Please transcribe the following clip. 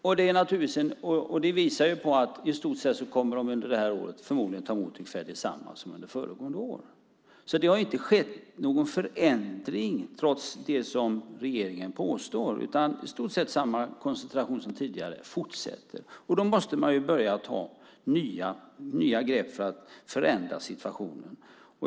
Det visar att man i stort sett kommer att ta emot samma antal som föregående år. Det har alltså inte skett någon förändring, som regeringen påstår, utan i stort sett samma koncentration som tidigare fortsätter. Då måste man börja ta nya grepp för att förändra situationen.